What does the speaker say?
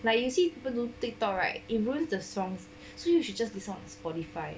like you see people do Tik Tok right it ruins the songs so you should just listen on Spotify